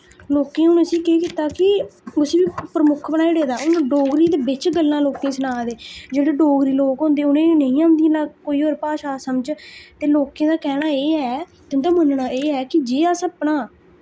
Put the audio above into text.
लोकें हुन इस्सी केह् कीत्ता कि उस्सी वी परमुक्ख बनाई ओड़े दा हुन डोगरी दे बिच गल्लां लोकें सना दे जेह्ड़े डोगरी लोक होंदे उ'ने नेईं औंदी कोई और भाशा समझ ते लोकें दा कैह्ना एह् ऐ ते उं'दा मनना एह् ऐ कि जे अस अपना